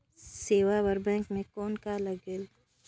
सेवा बर बैंक मे कौन का लगेल?